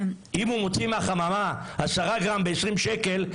אם הוא מוציא מהחממה 10 גרם ב-20 שקל,